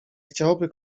chciałby